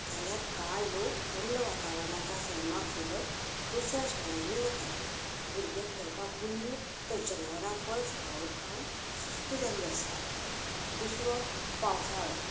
जाल्यार कांय लोक थंड वातावरणाच्या सैमाक सोदत दुसऱ्या शारांनी वतात भुरगीं खेळपाक गुल्ल तर जनावरां फळ फळांवल खावून सुस्त जाल्ली आसतात दुसरो पावसाळो